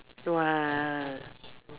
!wah!